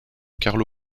carlo